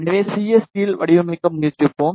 எனவே சிஎஸ்டியில் வடிவமைக்க முயற்சிப்போம்